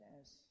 Yes